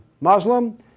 Muslim